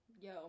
Yo